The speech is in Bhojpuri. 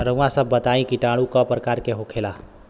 रउआ सभ बताई किटाणु क प्रकार के होखेला?